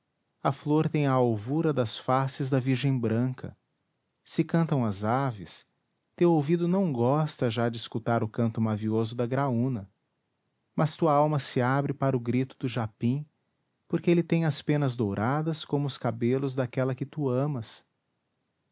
a flor tem a alvura das faces da virgem branca se cantam as aves teu ouvido não gosta já de escutar o canto mavioso da graúna mas tua alma se abre para o grito do japim porque ele tem as penas douradas como os cabelos daquela que tu amas